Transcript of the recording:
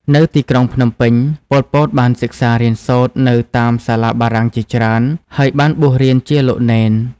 នៅទីក្រុងភ្នំពេញ ប៉ុល ពត បានសិក្សារៀនសូត្រនៅតាមសាលាបារាំងជាច្រើន ហើយបានបួសជាលោកនេន។